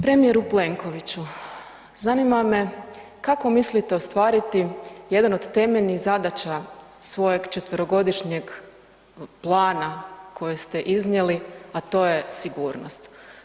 Premijeru Plenkoviću, zanima me kako mislite ostvariti jedan od temeljnih zadaća svojeg 4-godišnjeg plana kojeg ste iznijeli, a to je sigurnost.